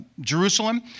Jerusalem